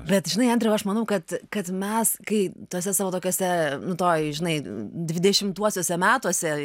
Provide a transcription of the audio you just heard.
bet žinai andriau aš manau kad kad mes kai tose savo tokiose nu toj žinai dvidešimtuosiuose metuose